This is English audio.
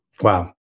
Wow